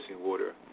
water